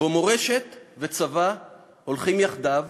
שבו מורשת וצבא הולכים יחדיו